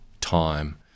time